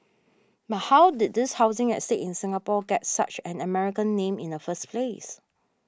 but how did this housing estate in Singapore get such an American name in the first place